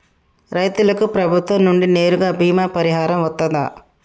రైతులకు ప్రభుత్వం నుండి నేరుగా బీమా పరిహారం వత్తదా?